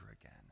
again